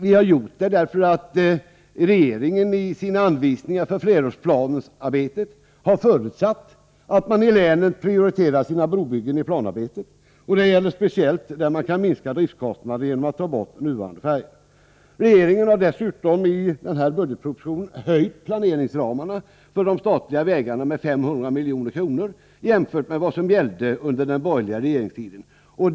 Vi har gjort det för att regeringen i sina anvisningar för flerårsplanearbetet har förutsatt att man i länen prioriterar sina brobyggen i planarbetet. Detta gäller speciellt där man kan minska driftkostnaderna genom att ta bort nuvarande färja. Regeringen har dessutom i budgetpropositionen vidgat planeringsramarna för de statliga vägarna med 500 milj.kr. jämfört med vad som gällde under den borgerliga regeringstiden.